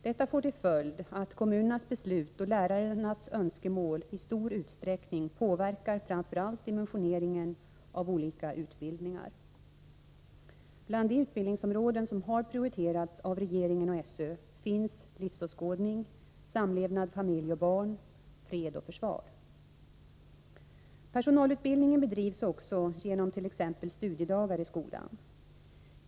Detta får till följd att kommunernas beslut och lärarnas önskemål i stor utsträckning påverkar framför allt dimensioneringen av olika utbildningar. Bland de utbildningsområden som har prioriterats av regeringen och SÖ finns Livsåskådning, Samlevnad, familj och barn, Fred och försvar. Personalutbildning bedrivs också genom t.ex. studiedagar i skolan.